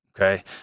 okay